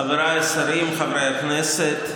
חבריי השרים, חברי הכנסת,